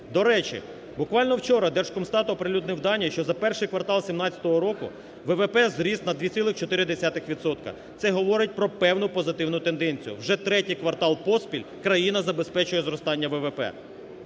До речі, буквально вчора Держкомстат оприлюднив дані, що за I квартал 2017 року ВВП зріс на 2,4 відсотка. Це говорить про певну позитивну тенденцію, вже третій квартал поспіль країна забезпечує зростання ВВП.